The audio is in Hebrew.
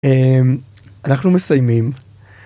אמ, אנחנו מסיימים.